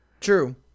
True